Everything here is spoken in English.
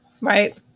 right